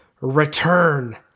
return